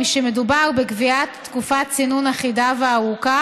משום שמדובר בקביעת תקופת צינון אחידה וארוכה